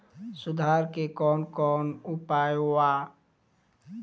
सुधार के कौन कौन उपाय वा?